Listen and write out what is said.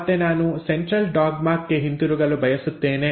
ಮತ್ತೆ ನಾನು ಸೆಂಟ್ರಲ್ ಡಾಗ್ಮಾ ಕ್ಕೆ ಹಿಂತಿರುಗಲು ಬಯಸುತ್ತೇನೆ